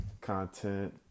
content